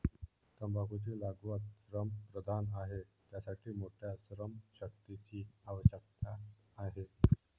तंबाखूची लागवड श्रमप्रधान आहे, त्यासाठी मोठ्या श्रमशक्तीची आवश्यकता आहे